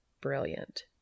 Brilliant